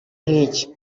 nk’iki